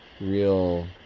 real